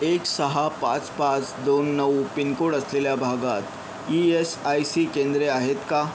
एक सहा पाच पाच दोन नऊ पिनकोड असलेल्या भागात ई एस आय सी केंद्रे आहेत का